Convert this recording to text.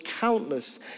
countless